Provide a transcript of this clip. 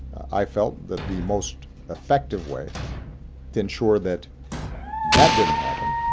i felt that the most effective way to ensure that that didn't happen,